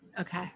Okay